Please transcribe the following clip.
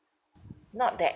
not that